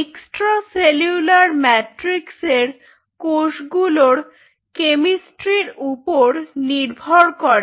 extra cellular ম্যাট্রিক্সের কোষগুলোর কেমিস্ট্রির উপর নির্ভর করে